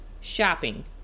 shopping